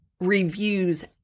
reviews